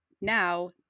now